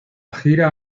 gira